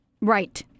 Right